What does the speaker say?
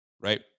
right